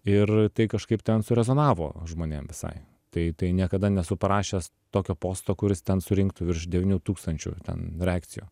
ir tai kažkaip ten surezonavo žmonėm visai tai tai niekada nesu parašęs tokio posto kuris ten surinktų virš devynių tūkstančių ten reakcijų